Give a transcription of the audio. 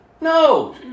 No